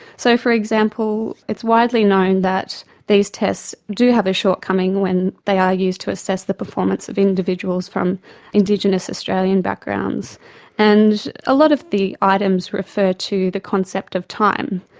so for example it's widely known that these tests do have a shortcoming when they are used to assess the performance of individuals from indigenous australian backgrounds and a lot of the items refer to the concept of time.